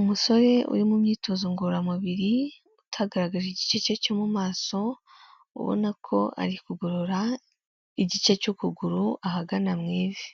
Umusore uri mu myitozo ngororamubiri, utagaragaje igicece cyo mu maso, ubona ko ari kugorora igice cy'kuguru ahagana mu ivi.